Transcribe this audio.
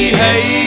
hey